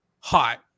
hot